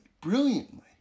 brilliantly